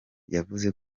yavuze